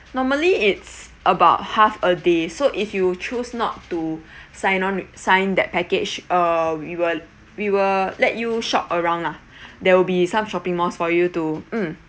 normally it's about half a day so if you choose not to sign on sign that package uh we will we will let you shop around lah there will be some shopping malls for you to mm